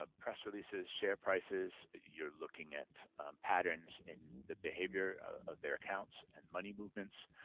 ah press releases, share prices, you're looking at patterns in the behavior of their accounts and money movements.